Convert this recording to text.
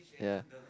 ya